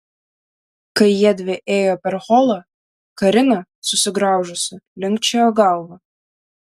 kai jiedvi ėjo per holą karina susigraužusi linkčiojo galvą